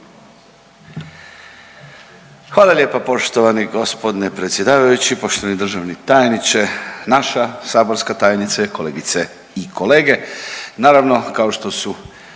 Hvala lijepa poštovani g. predsjedavajući, poštovani državni tajniče, naša saborska tajnice, kolegice i kolege. Naravno kao što su